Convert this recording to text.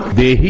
the